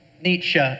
Nietzsche